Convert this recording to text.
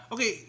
Okay